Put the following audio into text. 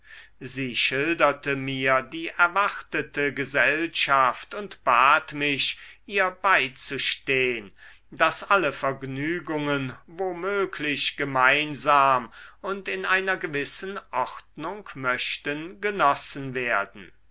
sie schilderte mir die erwartete gesellschaft und bat mich ihr beizustehn daß alle vergnügungen wo möglich gemeinsam und in einer gewissen ordnung möchten genossen werden